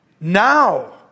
now